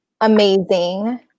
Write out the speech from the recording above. amazing